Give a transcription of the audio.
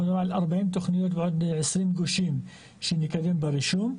אנחנו מדברים על 40 תכניות ועוד 20 גושים שנקדם ברישום,